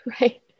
Right